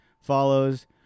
follows